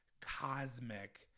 cosmic